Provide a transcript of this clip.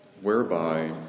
whereby